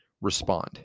respond